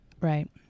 Right